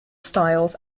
styles